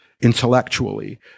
intellectually